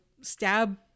stab